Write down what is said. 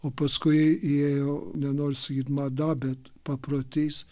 o paskui ėjo nenoriu sakyt mada bet paprotys